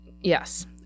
Yes